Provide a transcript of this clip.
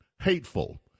hateful